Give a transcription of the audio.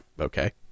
Okay